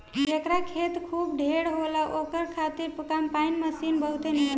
जेकरा खेत खूब ढेर होला ओकरा खातिर कम्पाईन मशीन बहुते नीमन बा